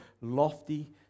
lofty